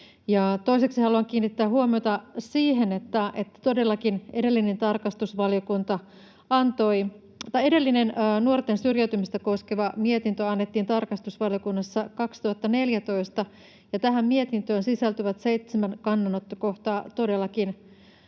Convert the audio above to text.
Toiseksi haluan kiinnittää huomiota siihen, että todellakin edellinen nuorten syrjäytymistä koskeva mietintö annettiin tarkastusvaliokunnassa 2014, ja tähän mietintöön sisältyvät seitsemän kannanottokohtaa todellakin